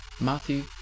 Matthew